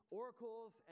oracles